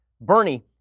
Bernie